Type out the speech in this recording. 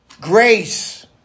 grace